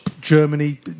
Germany